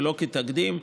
ולא כתקדים,